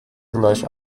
gleich